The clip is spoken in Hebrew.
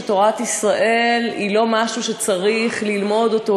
שתורת ישראל היא לא משהו שצריך ללמוד אותו,